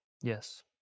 yes